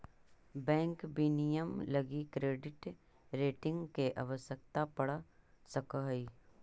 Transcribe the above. bank विनियमन लगी credit rating के आवश्यकता पड़ सकऽ हइ